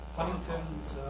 Huntington's